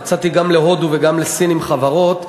יצאתי גם להודו וגם לסין עם חברות.